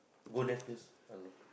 gold necklace